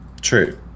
True